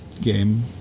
game